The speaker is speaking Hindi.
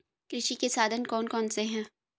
कृषि के साधन कौन कौन से हैं?